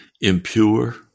impure